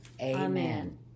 amen